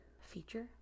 feature